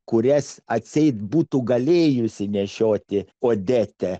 kurias atseit būtų galėjusi nešioti odete